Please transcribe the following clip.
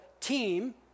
team